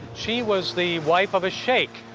she was the wife of a sheik,